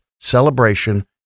celebration